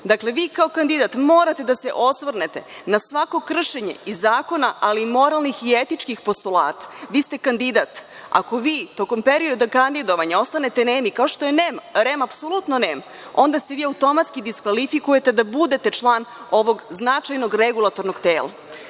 vi kao kandidat morate da se osvrnete na svako kršenje i zakona, ali i moralnih i etičkih postulata. Vi ste kandidat, ako vi tokom perioda kandidovanja ostanete nemi kao što je REM apsolutno nem, onda se vi automatski diskvalifikujete da budete član ovog značajnog regulatornog tela. Tako